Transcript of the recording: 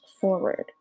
forward